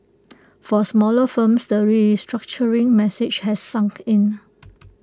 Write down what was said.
for smaller firms the restructuring message has sunk in